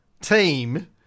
team